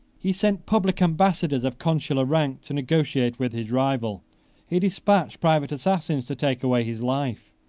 he sent public ambassadors of consular rank to negotiate with his rival he despatched private assassins to take away his life.